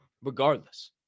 Regardless